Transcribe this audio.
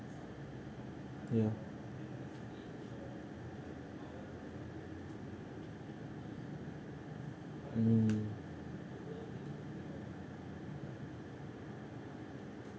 ya mm